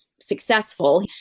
successful